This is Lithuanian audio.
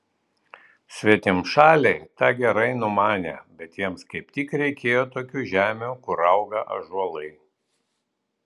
svetimšaliai tą gerai numanė bet jiems kaip tik reikėjo tokių žemių kur auga ąžuolai